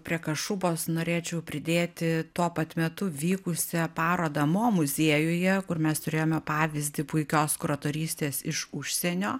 prie kašubos norėčiau pridėti tuo pat metu vykusią parodą mo muziejuje kur mes turėjome pavyzdį puikios kuratorystės iš užsienio